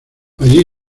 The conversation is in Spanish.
allí